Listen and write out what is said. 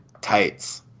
tights